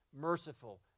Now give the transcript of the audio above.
merciful